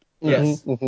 Yes